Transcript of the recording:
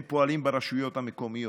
הם פועלים ברשויות המקומיות,